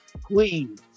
please